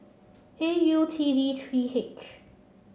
A U T D three H